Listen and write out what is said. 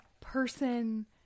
person